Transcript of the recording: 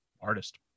artist